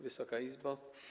Wysoka Izbo!